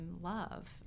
love